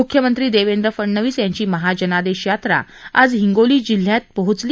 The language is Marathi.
म्ख्यमंत्री देवेंद्र फडणवीस यांची महाजनादेश यात्रा आज हिंगोली जिल्ह्यात पोहोचली